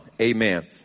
Amen